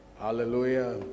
Hallelujah